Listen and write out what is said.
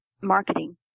marketing